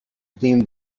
deemed